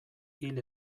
hil